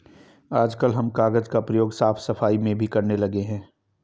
आजकल हम कागज का प्रयोग साफ सफाई में भी करने लगे हैं